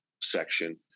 section